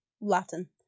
Latin